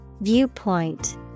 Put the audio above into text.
Viewpoint